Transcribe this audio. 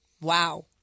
Wow